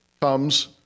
comes